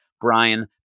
Brian